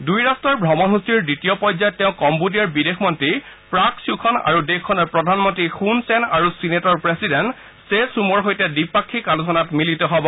দুই ৰাষ্ট্ৰৰ ভ্ৰমণসূচীৰ দ্বিতীয় পৰ্যায়ৰ তেওঁ কম্বোডিয়াৰ বিদেশ মন্ত্ৰী প্ৰাক্ ছোখন আৰু দেশখনৰ প্ৰধানমন্ত্ৰী ছন চেন আৰু চিনেটৰ প্ৰেছিডেণ্ট চে জুমৰ সৈতে দ্বিপাক্ষিক আলোচনাত মিলিত হব